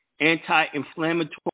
anti-inflammatory